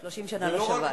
30 שנה לא שבת.